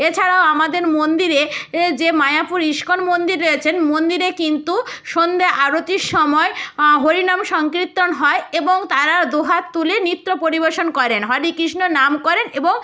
এছাড়াও আমাদের মন্দিরে এ যে মায়াপুর ইস্কন মন্দির রয়েছেন মন্দিরে কিন্তু সন্ধে আরতির সময় হরিনাম সংকীর্তন হয় এবং তারা দু হাত তুলে নৃত্য পরিবেশন করেন হরে কৃষ্ণ নাম করেন এবং